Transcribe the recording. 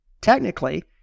technically